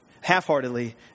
half-heartedly